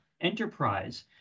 enterprise